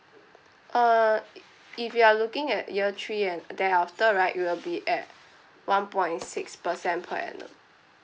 uh i~ if you are looking at year three and thereafter right it will be at one point six percent per annum